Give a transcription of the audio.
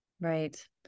Right